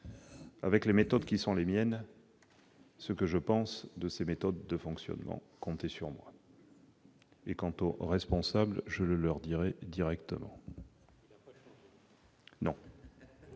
avec les méthodes qui sont les miennes, ce que je pense de ces modes de fonctionnement : comptez sur moi ! Quant aux responsables, je leur parlerai directement. Très